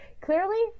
clearly